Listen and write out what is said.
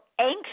anxious